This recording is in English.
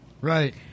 Right